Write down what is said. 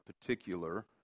particular